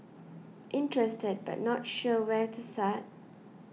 interested but not sure where to start